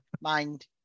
Mind